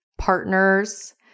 partners